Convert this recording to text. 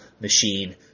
machine